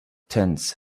tents